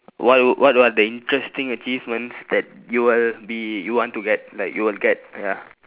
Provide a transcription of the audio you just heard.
what would what are the interesting achievements that you will be you want to get like you will get ya